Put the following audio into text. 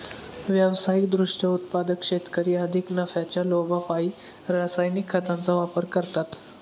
व्यावसायिक दृष्ट्या उत्पादक शेतकरी अधिक नफ्याच्या लोभापायी रासायनिक खतांचा वापर करतात